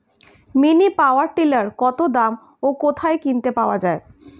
Mini power tiller কত দাম ও কোথায় কিনতে পাওয়া যায়?